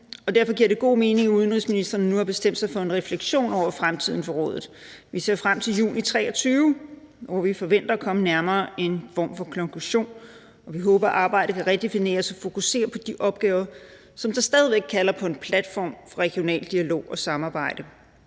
derfor giver det god mening, at udenrigsministeren nu har bestemt sig for en refleksion over fremtiden for rådet. Vi ser frem til juni 2023, hvor vi forventer at komme nærmere en form for konklusion. Og vi håber, at arbejdet kan redefineres og fokusere på de opgaver, som stadig væk kalder på en platform, regional dialog og samarbejde.